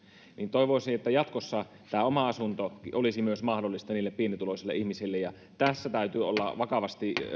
toivoisin että jatkossa oma asunto olisi mahdollinen myös pienituloisille ihmisille tämä täytyy ottaa vakavasti ja olla